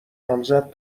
نامزد